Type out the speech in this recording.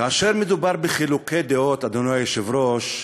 כאשר מדובר בחילוקי דעות, אדוני היושב-ראש,